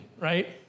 Right